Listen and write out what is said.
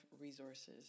resources